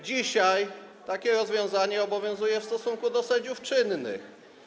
Dzisiaj takie rozwiązanie obowiązuje w stosunku do sędziów czynnych.